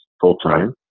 full-time